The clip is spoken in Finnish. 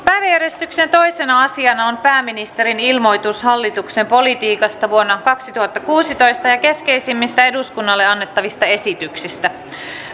päiväjärjestyksen toisena asiana on pääministerin ilmoitus hallituksen politiikasta vuonna kaksituhattakuusitoista ja keskeisimmistä eduskunnalle annettavista esityksistä